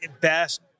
best